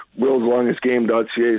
willslongestgame.ca